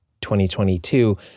2022